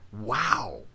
Wow